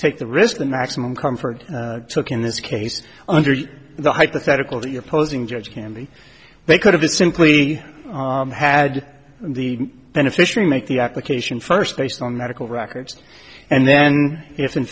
take the risk the maximum comfort took in this case under the hypothetical the opposing judge candy they could have to simply had the beneficiary make the application first based on medical records and then if in